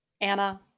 Anna